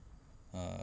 uh